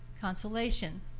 consolation